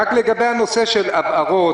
רק לגבי הנושא של הבהרות,